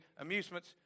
amusements